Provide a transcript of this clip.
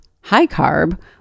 high-carb